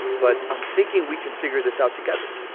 but i'm thinking we can figure this out together.